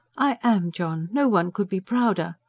i am, john no one could be prouder.